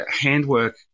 handwork